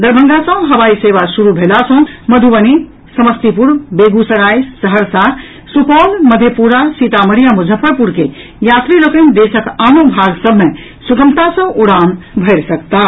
दरभंगा सँ हवाई सेवा शुरू भेला सँ मधुबनी समस्तीपुर बेगूसराय सहरसा सुपौल मधेपुरा सीतामढ़ी आ मुजफ्फरपुर के यात्री लोकनि देशक आनो भाग सभ मे सुगमता सँ उड़ान भरि सकताह